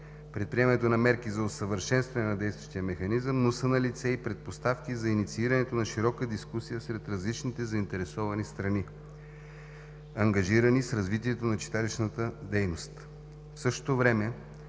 предприемането на мерки за усъвършенстване на действащия механизъм, но са налице и предпоставки за инициирането на широка дискусия сред различните заинтересовани страни, ангажирани с развитието на читалищната дейност. В същото време